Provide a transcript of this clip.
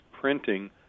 printing